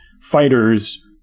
fighter's